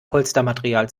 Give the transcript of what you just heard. polstermaterial